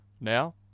Now